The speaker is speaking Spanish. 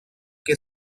que